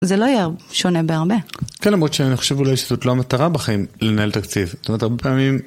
זה לא יהיה שונה בהרבה. כן, למרות שאני חושב אולי שזאת לא המטרה בחיים, לנהל תקציב. זאת אומרת, הרבה פעמים...